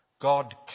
God